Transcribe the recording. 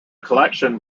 collection